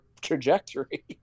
trajectory